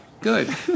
Good